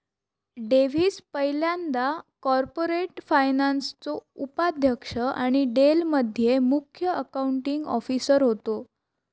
Davis पयल्यांदा corporate फायनान्सचो उपाध्यक्ष आणि डेल मध्ये मुख्य अकाउंटींग ऑफिसर होते